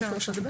הממשלה,